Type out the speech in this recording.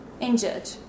injured